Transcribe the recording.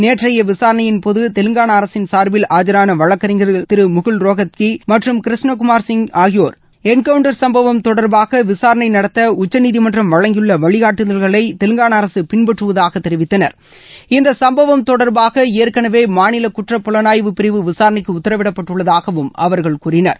நேற்றைய விசாரணையின்போது தெலங்காளா அரசின் சார்பில் ஆஜரான வழக்கறிஞர்கள் திரு முகுல் ரோஹத்தி மற்றும் கிருஷ்ணகுமார் சிங் ஆகியோர் என்கவுண்டர் சம்பவம் தொடர்பாக விசாரணை நடத்த உச்சநீதிமன்றம் வழங்கியுள்ள வழிகாட்டுதல்களை தெலங்கானா அரசு பின்பற்றுவதாக தெரிவித்தனர் சம்பவம் தொடர்பாக மாநில குற்றப்புலனாய்வு பிரிவு விசாரணைக்கு இந்த ஏற்கனவே உத்தரவிடப்பட்டுள்ளதாகவும் அவர்கள் கூறினர்